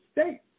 States